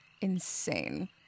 insane